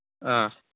ꯑꯥ